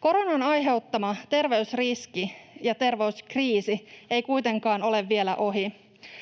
Koronan aiheuttama terveysriski ja terveyskriisi ei kuitenkaan ole vielä ohi.